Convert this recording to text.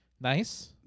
Nice